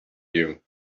you